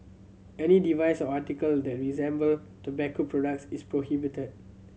any device or article that resemble tobacco products is prohibited